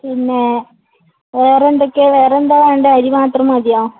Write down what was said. പിന്നെ വേറെന്തൊക്കെയാണ് വേറെ എന്താണ് വേണ്ടത് അരി മാത്രം മതിയോ